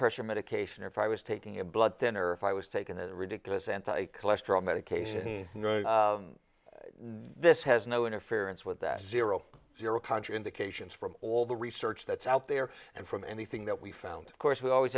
pressure medication or if i was taking a blood thinner if i was taken to ridiculous anti cholesterol medication this has no interference with that zero zero contra indications from all the research that's out there and from anything that we found course we always